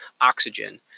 oxygen